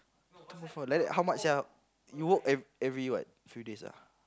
two point four like that how much sia you work ev~ every what few days ah